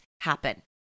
happen